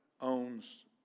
owns